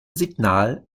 signal